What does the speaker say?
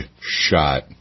shot